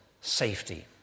safety